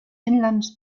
finnlands